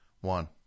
One